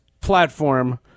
platform